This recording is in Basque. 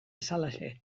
bezalaxe